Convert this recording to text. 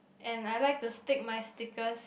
and I like to stick my stickers